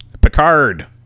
Picard